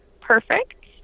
perfect